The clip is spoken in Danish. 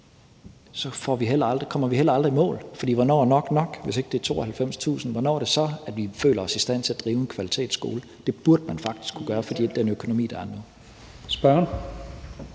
så kommer vi heller aldrig i mål. For hvornår er nok nok? Hvis ikke det er 92.000 kr., hvornår er det så, at vi føler os i stand til at drive en kvalitetsskole? Det burde man faktisk kunne gøre for den økonomi, der er nu.